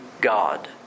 God